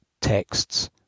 texts